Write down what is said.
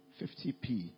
50p